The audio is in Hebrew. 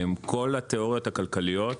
כל התאוריות הכלכליות